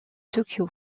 tokyo